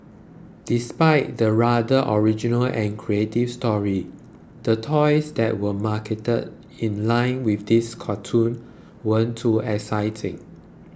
despite the rather original and creative story the toys that were marketed in line with this cartoon weren't too exciting